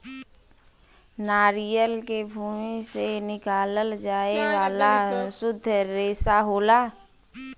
नरियल के भूसी से निकालल जाये वाला सुद्ध रेसा होला